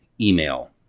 email